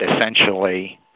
essentially